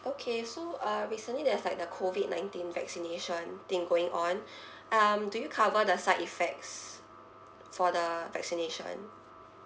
okay so uh recently there's like the COVID nineteen vaccination thing going on um do you cover the side effects for the vaccination